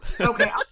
Okay